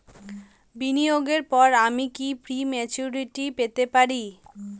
বিনিয়োগের পর আমি কি প্রিম্যচুরিটি পেতে পারি?